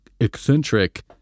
eccentric